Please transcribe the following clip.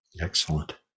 Excellent